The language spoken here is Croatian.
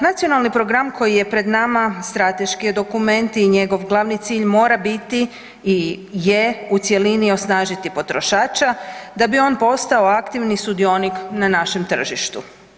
Nacionalni program koji je pred nama strateški je dokument i njegov glavni cilj mora biti i je u cjelini osnažiti potrošača da bi on postao aktivni sudionik na našem tržištu.